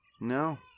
No